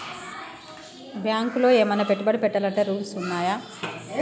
బ్యాంకులో ఏమన్నా పెట్టుబడి పెట్టాలంటే రూల్స్ ఉన్నయా?